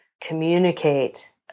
communicate